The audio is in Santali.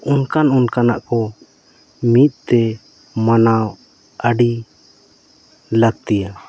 ᱚᱱᱠᱟᱱ ᱚᱱᱠᱟᱱᱟᱜ ᱠᱚ ᱢᱤᱫ ᱛᱮ ᱢᱟᱱᱟᱣ ᱟᱹᱰᱤ ᱞᱟᱹᱠᱛᱤᱭᱟ